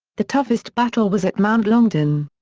the toughest battle was at mount longdon.